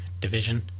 Division